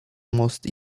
most